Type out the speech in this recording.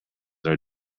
are